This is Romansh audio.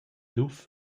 luf